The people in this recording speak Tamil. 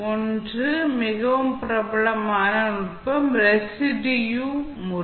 ஒன்று மிகவும் பிரபலமான நுட்பம் ரெஸிடுயூ முறை